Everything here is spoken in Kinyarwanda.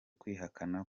kwihakana